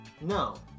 no